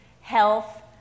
health